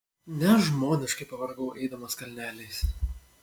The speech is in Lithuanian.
nežmoniškai pavargau eidamas kalneliais